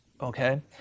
okay